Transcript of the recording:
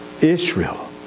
Israel